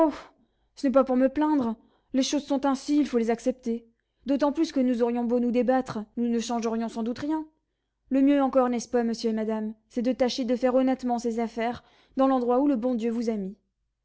ce n'est pas pour me plaindre les choses sont ainsi il faut les accepter d'autant plus que nous aurions beau nous débattre nous ne changerions sans doute rien le mieux encore n'est-ce pas monsieur et madame c'est de tâcher de faire honnêtement ses affaires dans l'endroit où le bon dieu vous a mis